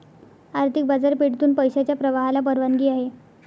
आर्थिक बाजारपेठेतून पैशाच्या प्रवाहाला परवानगी आहे